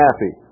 happy